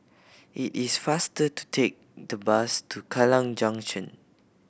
it is faster to take the bus to Kallang Junction